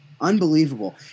Unbelievable